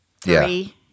three